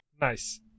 Nice